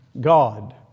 God